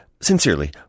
sincerely